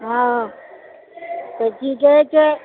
हँ तऽ की कहै छै